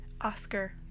oscar